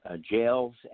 jails